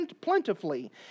plentifully